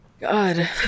God